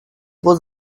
was